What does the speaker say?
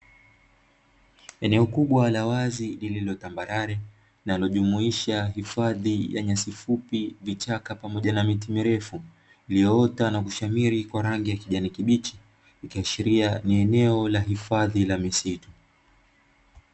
Eneo kubwa la wazi lililo tambarare, linalojumuisha hifadhi ya nyasi fupi, vichaka pamoja na miti mirefu. Iliyoota na kushamiri kwa rangi ya kijani kibichi. Ikiashiria ni eneo la hifadhi la misitu.